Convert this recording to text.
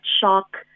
shock